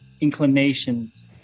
inclinations